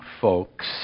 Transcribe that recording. folks